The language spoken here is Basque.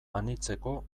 anitzeko